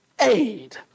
aid